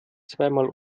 zweimal